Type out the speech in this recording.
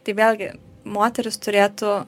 tai vėlgi moteris turėtų